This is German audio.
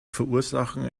verursachen